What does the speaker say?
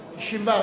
95?